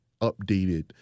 updated